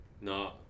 no